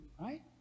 Right